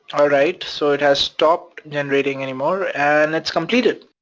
alright, so it has stopped generating anymore and let's complete it.